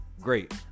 great